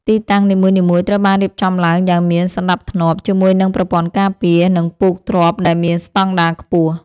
ទីតាំងនីមួយៗត្រូវបានរៀបចំឡើងយ៉ាងមានសណ្ដាប់ធ្នាប់ ជាមួយនឹងប្រព័ន្ធការពារ និងពូកទ្រាប់ដែលមានស្ដង់ដារខ្ពស់។